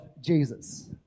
Jesus